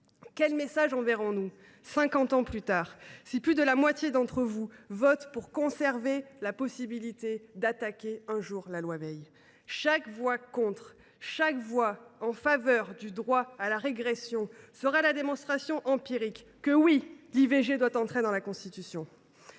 Quel message enverrons nous, cinquante ans plus tard, si plus de la moitié d’entre nous vote pour conserver la possibilité d’attaquer un jour la loi Veil ? Chaque voix contre, chaque voix en faveur du droit à la régression sera la démonstration empirique que, oui, l’IVG doit entrer dans la Constitution